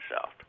south